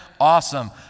Awesome